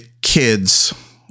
kids